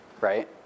right